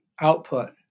output